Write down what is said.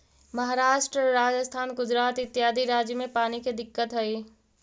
महाराष्ट्र, राजस्थान, गुजरात इत्यादि राज्य में पानी के दिक्कत हई